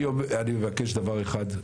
אני מבקש דבר אחד: